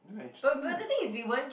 no lah interesting ah